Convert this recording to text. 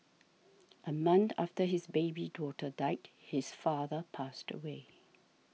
a month after his baby daughter died his father passed away